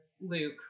Luke